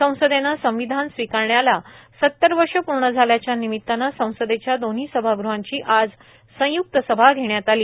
संसदेनं संविधान स्वीकारण्याला संतर वर्ष पूर्ण झाल्याच्या निमितानं संसदेच्या दोन्ही सभागृहांची आज संयुक्त सभा घेण्यात आली